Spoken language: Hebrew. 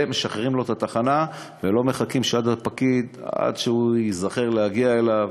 ומשחררים לו את התחנה ולא מחכים עד שאיזה פקיד ייזכר להגיע אליו,